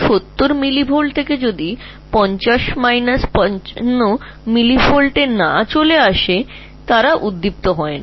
সুতরাং 70 মিলিভোল্ট থেকে যতক্ষণ না তারা 50 55 মিলিভোল্ট এ আসছে তারা ফায়ার করে না